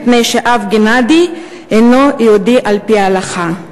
מפני שהאב גנאדי אינו יהודי על-פי ההלכה.